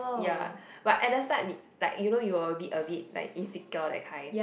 ya but at the start need like you know you will a bit a bit like insecure that kind